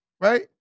Right